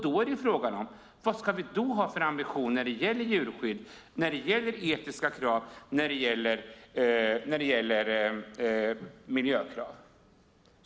Då är frågan vilken ambition vi ska ha när det gäller djurskydd, etiska krav och miljökrav.